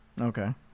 Okay